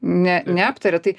ne neaptaria tai